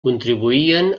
contribuïen